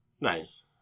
Nice